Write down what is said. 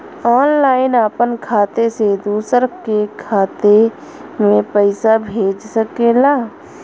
online आपन खाते से दूसर के खाते मे पइसा भेज सकेला